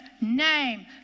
name